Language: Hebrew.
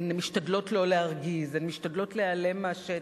הן משתדלות לא להרגיז, הן משתדלות להיעלם מהשטח,